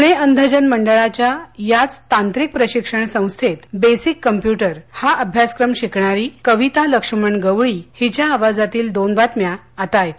पुणे अंधजन मंडळाच्या याच तांत्रिक प्रशिक्षण संस्थेत बेसिक कम्प्युटर हा अभ्यासक्रम शिकणारी कविता गवळी हीच्या आवाजातील या दोन बातम्या आता ऐक्या